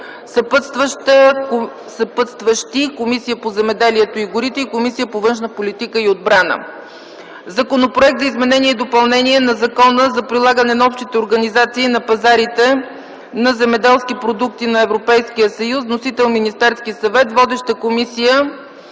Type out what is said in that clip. съпътстващи – Комисията по земеделието и горите и Комисията по външна политика и отбрана; - Законопроект за изменение и допълнение на Закона за прилагане на Общите организации на пазарите на земеделски продукти на Европейския съюз. Вносител - Министерският съвет. Водеща е Комисията